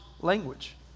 language